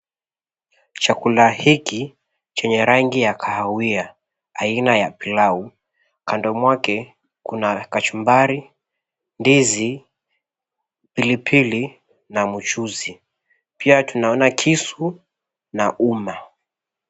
Chakula hiki chenye rangi ya kahawia aina ya pilau kando mwake kuna kachumbari, ndizi, pilipili na mchuzi pia tunaona kisu na uma.